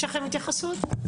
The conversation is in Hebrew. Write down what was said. התייחסות.